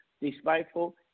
despiteful